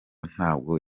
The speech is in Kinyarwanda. ntabwo